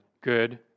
good